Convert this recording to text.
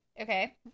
Okay